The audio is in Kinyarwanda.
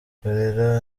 cholera